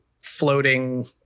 floating